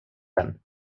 den